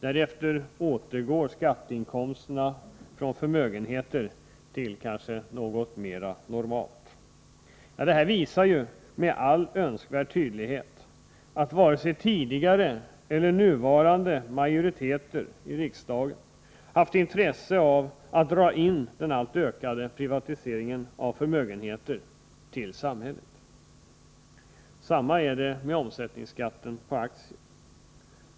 Därefter återgår skatteinkomsterna från förmögenheter till något som kanske är mer normalt. Detta visar med all önskvärd tydlighet att varken tidigare eller nuvarande majoriteter i riksdagen har haft intresse av att dra in den ökande privatiseringen av förmögenheter till samhället. Samma sak är det med omsättningsskatten på aktier.